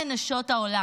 היכן הן נשות העולם?